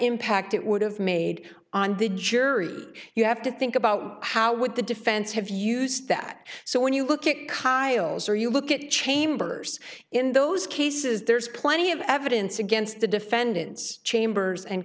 impact it would have made on the jury you have to think about how would the defense have used that so when you look at khaosan or you look at chambers in those cases there's plenty of evidence against the defendant's chambers and